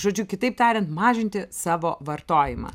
žodžiu kitaip tariant mažinti savo vartojimą